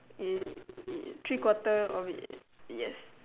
three quarter of it yes